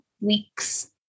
weeks